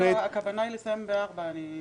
הכוונה היא לסיים בשעה 16 אני מבינה.